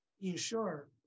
ensure